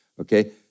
okay